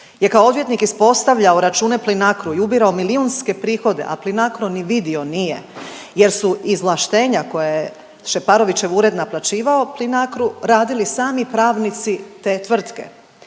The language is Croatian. je kao odvjetnik ispostavljao račune PLINACRO-u i ubirao milijunske prihode, a PLINACRO ni vidio nije jer su izvlaštenja koja je Šeparovićev ured naplaćivao PLINACRO-u radili sami pravnici te tvrtke.